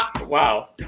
wow